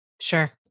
Sure